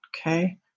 Okay